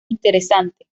interesante